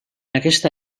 aquesta